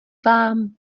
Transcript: vám